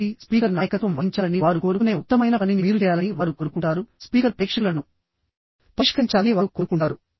కాబట్టి స్పీకర్ నాయకత్వం వహించాలని వారు కోరుకునే ఉత్తమమైన పనిని మీరు చేయాలని వారు కోరుకుంటారు స్పీకర్ ప్రేక్షకులను పరిష్కరించాలని వారు కోరుకుంటారు